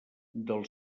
del